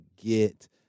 get